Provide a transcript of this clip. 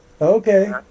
okay